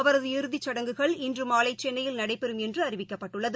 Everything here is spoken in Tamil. அவரது இறுதிச்சடங்குகள் இன்றுமாலைசென்னையில் நடைபெறும் என்றுஅறிவிக்கப்பட்டுள்ளது